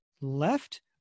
left